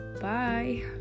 bye